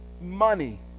money